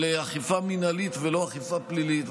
של אכיפה מינהלית ולא אכיפה פלילית.